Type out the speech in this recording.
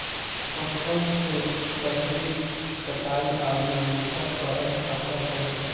पटसन से रसरी, चटाई आउर मोट गरम कपड़ा बनेला